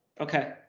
Okay